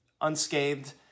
unscathed